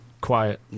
quiet